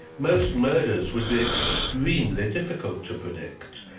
most murders would be extremely difficult to predict,